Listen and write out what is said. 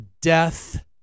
death